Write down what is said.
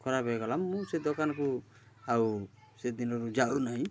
ଖରାପ ହେଇଗଲା ମୁଁ ସେ ଦୋକାନକୁ ଆଉ ସେ ଦିନରୁ ଯାଉ ନାଇଁ